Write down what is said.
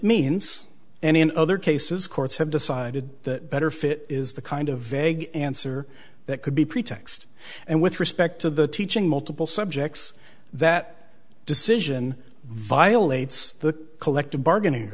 means and in other cases courts have decided that better fit is the kind of vague answer that could be pretext and with respect to the teaching multiple subjects that decision violates the collective bargaining